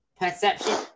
perception